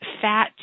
fat